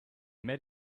met